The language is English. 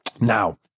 Now